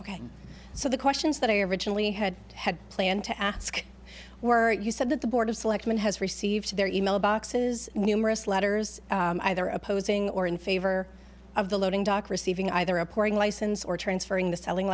ok so the questions that i originally had had planned to ask were you said that the board of selectmen has received their email boxes numerous letters either opposing or in favor of the loading dock receiving either a pouring license or transferring the selling